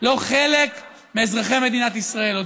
לא חלק מאזרחי מדינת ישראל עוד.